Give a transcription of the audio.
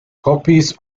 copies